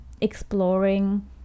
exploring